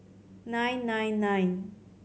nine nine nine